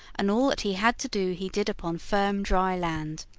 and all that he had to do he did upon firm, dry land.